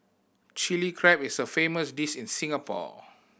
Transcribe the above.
Chilli Crab is a famous dish in Singapore